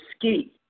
Ski